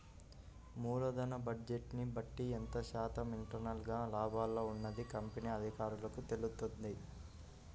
మూలధన బడ్జెట్ని బట్టి ఎంత శాతం ఇంటర్నల్ గా లాభాల్లో ఉన్నది కంపెనీ అధికారులకు తెలుత్తది